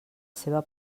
seva